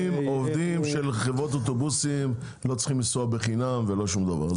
עובדים של חברות אוטובוסים לא צריכים לנסוע בחינם ולא שום דבר,